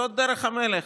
זאת דרך המלך.